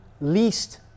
least